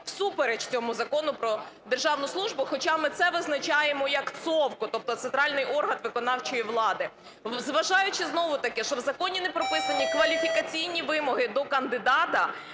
всупереч цьому Закону про державну службу, хоча ми це визначаємо як ЦОВВ, тобто центральний орган виконавчої влади. Зважаючи знову ж таки, що в законі не прописані кваліфікаційні вимоги до кандидата